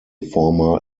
former